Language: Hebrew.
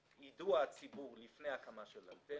ליידע את הציבור לפני הקמה של אנטנות,